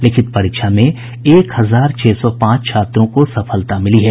लिखित परीक्षा में एक हजार छह सौ पांच छात्रों को सफलता मिली है